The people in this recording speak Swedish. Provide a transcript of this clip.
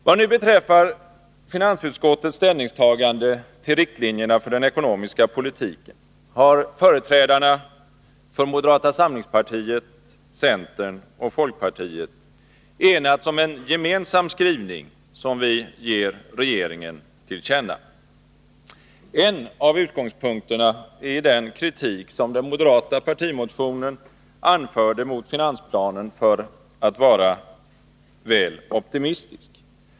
Vad nu beträffar finansutskottets ställningstagande till riktlinjerna för den ekonomiska politiken har företrädarna för moderata samlingspartiet, centern och folkpartiet enats om en gemensam skrivning, som vi ger regeringen till känna. En av utgångspunkterna är den kritik som den moderata partimotionen anförde mot finansplanen, nämligen för att vara väl optimistisk.